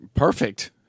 perfect